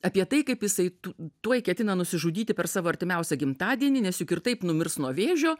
apie tai kaip jisai tu tuoj ketina nusižudyti per savo artimiausią gimtadienį nes juk ir taip numirs nuo vėžio